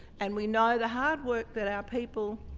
and we know the hard work that our people,